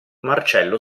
marcello